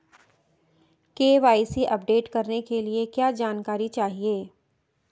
KYC update करने के लिए क्या जानकारी चाहिए?